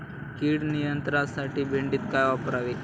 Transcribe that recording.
कीड नियंत्रणासाठी भेंडीत काय वापरावे?